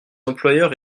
employeurs